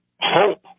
hope